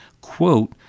quote